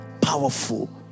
Powerful